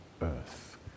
earth